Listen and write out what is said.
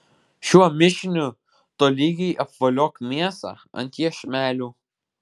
šiuo mišiniu tolygiai apvoliok mėsą ant iešmelių